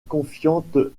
confiante